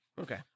Okay